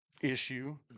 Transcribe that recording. issue